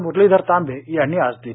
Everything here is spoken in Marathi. मुरलीधर तांबे यांनी आज दिली